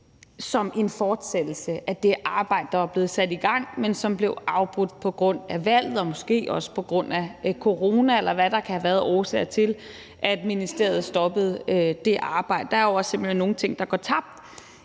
som en fortsættelse af det arbejde, der var blevet sat i gang, men som blev afbrudt på grund af valget og måske også på grund af corona, eller hvad der kan have været af årsager til, at ministeriet stoppede det arbejde. Der er jo simpelt hen nogle ting, der går tabt